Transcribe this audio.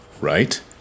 Right